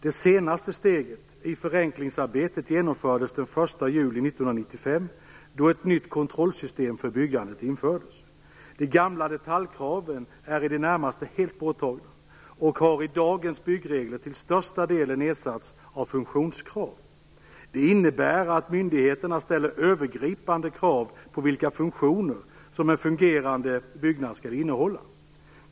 Det senaste steget i förenklingsarbetet genomfördes den 1 juli 1995 då ett nytt kontrollsystem för byggandet infördes. De gamla detaljkraven är i det närmaste helt borttagna och har i dagens byggregler till största delen ersatts av funktionskrav. Det innebär att myndigheterna ställer övergripande krav på vilka funktioner som en fungerande byggnad skall innehålla.